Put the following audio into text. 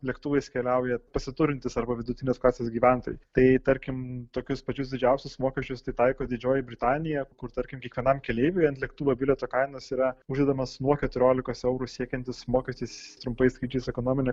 lėktuvais keliauja pasiturintys arba vidutinės klasės gyventojai tai tarkim tokius pačius didžiausius mokesčius tai taiko didžioji britanija kur tarkim kiekvienam keleiviui ant lėktuvo bilieto kainos yra uždedamas nuo keturiolikos eurų siekiantis mokestis trumpais skrydžiais ekonomine